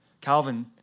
Calvin